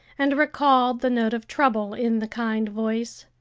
and recalled the note of trouble in the kind voice.